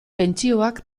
pentsioak